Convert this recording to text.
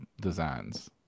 designs